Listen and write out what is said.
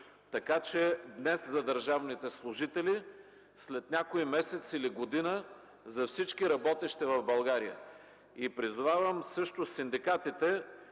Така че днес за държавните служители, след някой месец или година за всички, работещи в България. Призовавам синдикатите